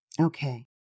Okay